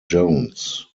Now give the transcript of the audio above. jones